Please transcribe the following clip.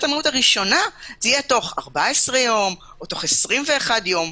המהו"ת הראשונה תהיה תוך 14 יום או תוך 21 יום.